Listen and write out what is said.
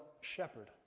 shepherd